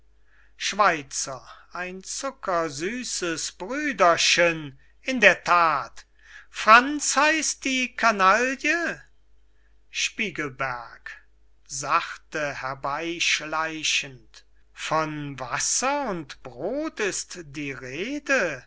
schweizer ein zuckersüsses brüdergen in der that franz heißt die kanaille spiegelberg sachte herbey schleichend von wasser und brod ist die rede